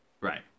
Right